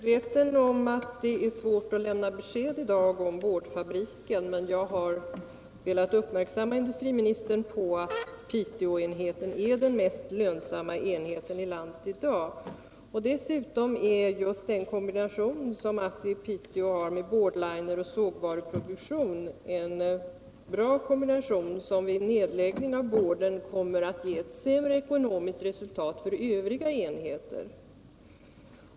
Herr talman! Jag är medveten om att det är svårt att i dag lämna besked om boardfabriken. Men jag har velat göra industriministern uppmärksam på att Piteåenheten är den mest lönsamma i landet f. n. Dessutom är just den kombination som ASSI i Piteå har med boardliner och sågvaruproduktion en bra kombination, och vid nedläggning av boardtillverkningen kommer det att bli sämre ekonomiskt resultat för övriga enheter.